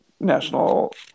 national